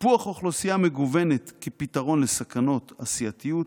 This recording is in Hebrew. טיפוח אוכלוסייה מגוונת כפתרון לסכנות הסיעתיות,